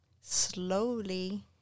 slowly